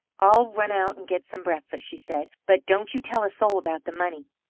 i'll run out and get some breakfast, she said, but don't you tell a soul about the money.